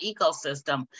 ecosystem